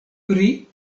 pri